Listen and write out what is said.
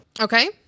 Okay